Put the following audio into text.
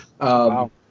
Wow